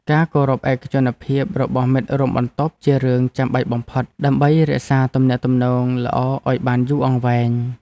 ការគោរពឯកជនភាពរបស់មិត្តរួមបន្ទប់ជារឿងចាំបាច់បំផុតដើម្បីរក្សាទំនាក់ទំនងល្អឱ្យបានយូរអង្វែង។